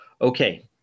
Okay